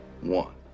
one